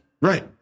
Right